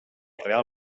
real